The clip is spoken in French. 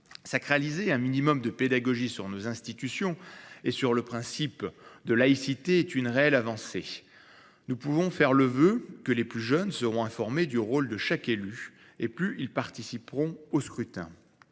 Sacraliser un minimum de pédagogie sur nos institutions et sur le principe de laïcité est une réelle avancée. Nous pouvons faire le voeu que les plus jeunes seront informés du rôle de chaque élu et plus ils participeront au scrutin.